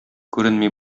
күренми